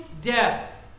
death